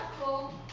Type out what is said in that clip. cool